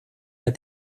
der